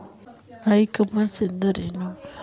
E commerce ಎಂದರೇನು?